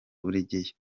buregeya